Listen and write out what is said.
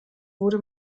wurde